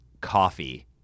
coffee